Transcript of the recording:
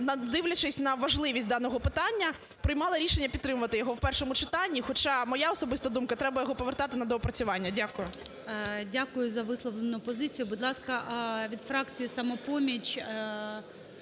дивлячись на важливість даного питання, приймала рішення підтримувати його в першому читанні, хоча моя особиста думка, треба його повертати на доопрацювання. Дякую. ГОЛОВУЮЧИЙ. Дякую за висловлену позицію. Будь ласка, від фракції "Самопоміч"